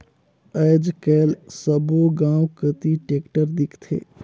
आएज काएल सब्बो गाँव कती टेक्टर दिखथे